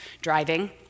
Driving